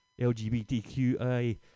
LGBTQI